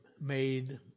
made